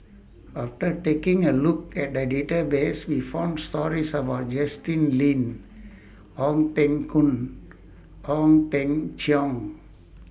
after taking A Look At The Database We found stories about Justin Lean Ong Teng Koon Ong Teng Cheong